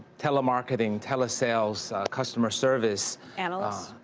telemarketing, telesales, customer service. analysts?